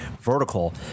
vertical